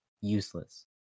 useless